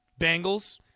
Bengals